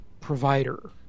provider